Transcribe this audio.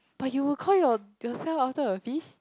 but you'll call yourself after a fish